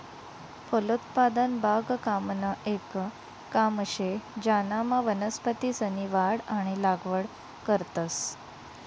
फलोत्पादन बागकामनं येक काम शे ज्यानामा वनस्पतीसनी वाढ आणि लागवड करतंस